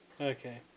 Okay